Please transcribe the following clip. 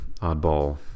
oddball